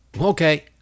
Okay